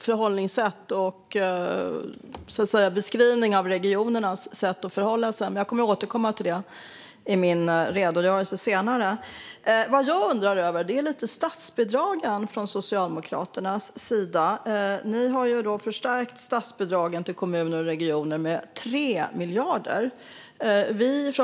Fru talman! Jag kan verkligen hålla med om ledamoten Bladelius beskrivning av regionernas förhållningssätt. Jag kommer att återkomma till det senare i mitt huvudanförande. Jag undrar i stället lite över Socialdemokraternas statsbidrag. Ni har förstärkt bidragen till kommuner och regioner med 3 miljarder.